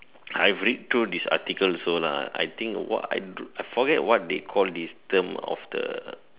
I read through this article also I think what I drew I forget what they call this term of the